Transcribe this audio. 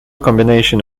combination